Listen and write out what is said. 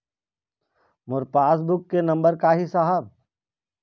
मोर passbook के number का ही साहब?